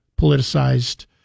politicized